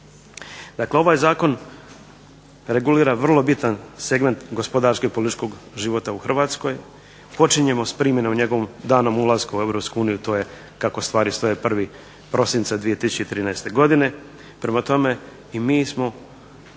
Dakle, ovaj zakon regulira vrlo bitan segment gospodarskog i političkog života u Hrvatskoj. Počinjemo s njegovom primjenom danom ulaska u EU i to je kako stvari stoje 1. prosinca 2013. godine.